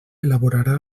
elaborarà